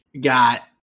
got